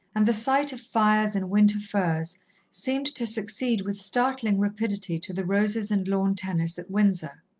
and the sight of fires and winter furs seemed to succeed with startling rapidity to the roses and lawn-tennis at windsor.